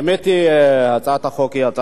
הצעת החוק היא הצעת חוק טובה,